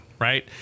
right